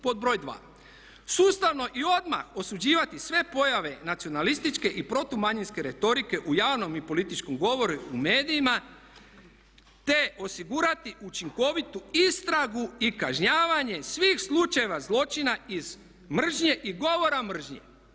Pod broj dva, sustavno i odmah osuđivati sve pojave nacionalističke i protu manjinske retorike u javnom i političkom govoru, u medijima te osigurati učinkovitu istragu i kažnjavanje svih slučajeva zločina iz mržnje i govora mržnje.